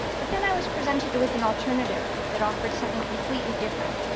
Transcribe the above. but then i was presented with an alternative that offered something completely different,